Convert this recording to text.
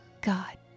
God